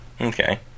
Okay